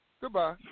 Goodbye